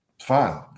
fine